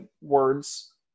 words